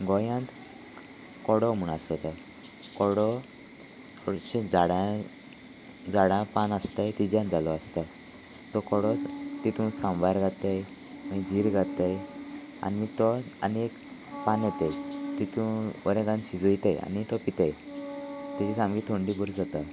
गोंयांत कोडो म्हूण आसा तो कोडो थोडशें झाडां झाडां पान आसताय तिज्यान जालो आसता तो कोडो तितून सांबार घालताय मागीर जीरे घालताय आनी तो आनी एक पान येताय तितून बरें घालून शिजोयताय आनी तो पिताय तेजी सामकी थंडी बरी जाता